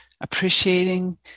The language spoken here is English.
appreciating